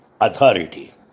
authority